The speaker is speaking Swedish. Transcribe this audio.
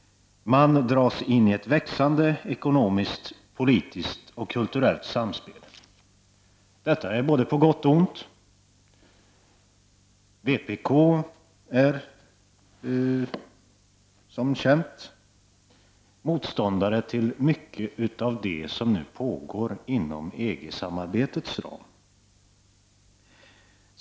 Man dras in i ett växande ekonomiskt, politiskt och kulturellt samspel — på både gott och ont. Vpk är som bekant motståndare till mycket av det som nu pågår inom EG samarbetets ram.